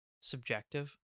subjective